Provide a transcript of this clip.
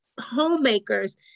homemakers